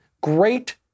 Great